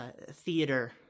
theater